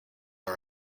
all